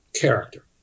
character